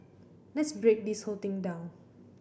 let's break this whole thing down